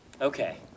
Okay